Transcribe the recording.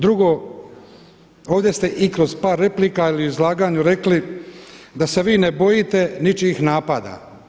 Drugo, ovdje ste i kroz par replika ali i u izlaganju rekli da se vi ne bojite ničijih napada.